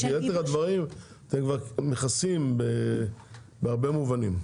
כי יתר הדברים כבר מכסים בהרבה מובנים.